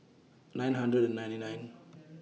nine hundred and ninety nine